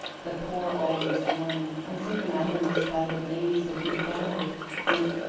the poor old miss lannings, and certain other misguided ladies of good family who,